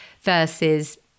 versus